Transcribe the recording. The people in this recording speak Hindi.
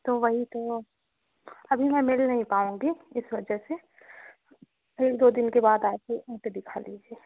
तो वही तो अभी मैं मिल नहीं पाऊँगी इस वजह से एक दो दिन के बाद आके दिखा लीजिए